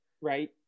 Right